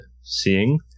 seeing